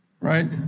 right